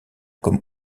comme